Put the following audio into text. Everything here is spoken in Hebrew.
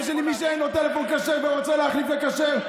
שלי: מי שאין לו טלפון כשר ורוצה להחליף לכשר,